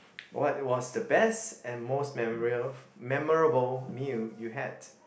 what was the best and most memorial memorable meal you had